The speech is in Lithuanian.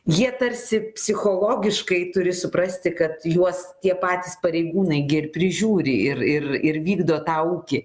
jie tarsi psichologiškai turi suprasti kad juos tie patys pareigūnai gi ir prižiūri ir ir ir vykdo tą ūkį